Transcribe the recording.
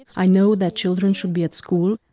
i know that children should be at school,